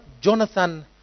Jonathan